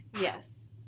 Yes